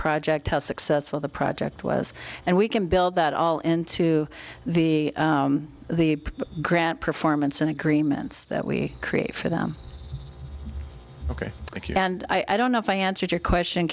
project how successful the project was and we can build that all into the the grant performance and agreements that we create for them ok and i don't know if i answered your question